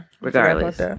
Regardless